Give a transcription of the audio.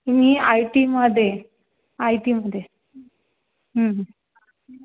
मी आय टीमध्ये आय टीमध्ये